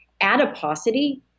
Adiposity